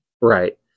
Right